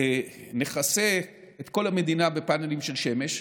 נכסה את כל המדינה בפאנלים של שמש,